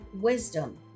wisdom